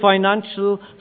financial